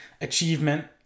achievement